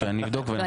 אני אבדוק ואני